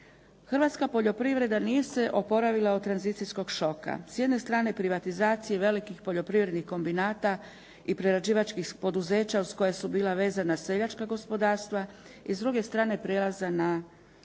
Hrvatska poljoprivreda nije se oporavila od tranzicijskog šoka, s jedne strane privatizacije velikih poljoprivrednih kombinata i prerađivačkih poduzeća uz koja su bila vezana seljačka gospodarstva, i s druge strane prijelaza na